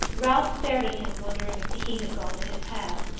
ralph stared at him, wondering if the heat had gone to his head.